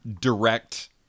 direct